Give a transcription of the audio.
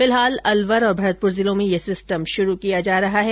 फिलहाल अलवर और भरतपुर जिलों में यह सिस्टम शुरू किया जा रहा है